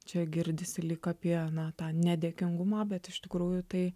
čia girdisi lyg apie tą nedėkingumą bet iš tikrųjų tai